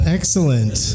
Excellent